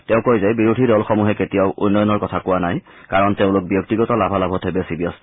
তেওঁ কয় যে বিৰোধী দলসমূহে কেতিয়াও উন্নয়নৰ কথা কোৱা নাই কাৰণ তেওঁলোক ব্যক্তিগত লাভালাভতহে বেছি ব্যস্ত